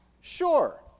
Sure